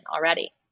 already